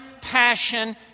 passion